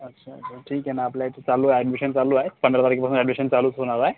अच्छा बरं ठीक आहे ना आपल्या इथं चालू आहे ॲडमिशन चालू आहे पंधरा तारखेपासून ॲडमिशन चालूच होणार आहे